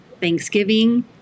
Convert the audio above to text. Thanksgiving